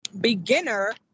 beginner